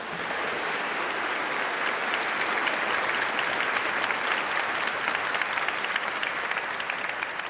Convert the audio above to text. our